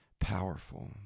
Powerful